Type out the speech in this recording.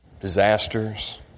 disasters